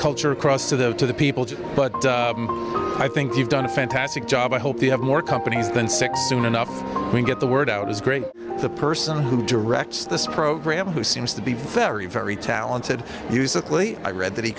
culture across to the to the people to but i think you've done a fantastic job i hope you have more companies than six soon enough to get the word out is great the person who directs this program who seems to be very very talented musically i read that he